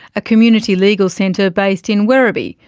a community legal centre based in werribee,